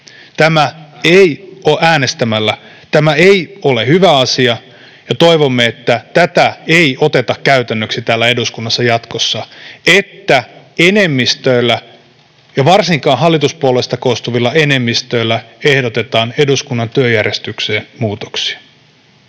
Tämä ei ole hyvä asia, ja toivomme, että tätä ei oteta käytännöksi täällä eduskunnassa jatkossa, että enemmistöillä ja varsinkaan hallituspuolueista koostuvilla enemmistöillä ehdotetaan eduskunnan työjärjestykseen muutoksia.